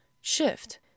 shift